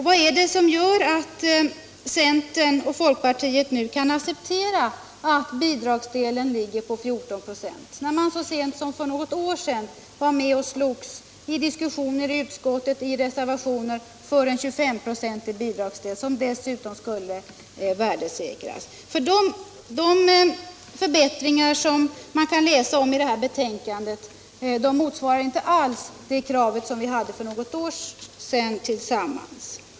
Vad är det som gör att centern och folkpartiet nu kan acceptera att bidragsdelen ligger på 14 96, när man så sent som för något år sedan var med och slogs — i diskussioner i utskott och i reservationer — för en 25-procentig bidragsdel, som dessutom skulle värdesäkras? De förbättringar som vi kan läsa om i det här betänkandet motsvarar inte alls det krav som vi hade tillsammans för något år sedan.